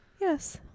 Yes